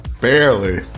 Barely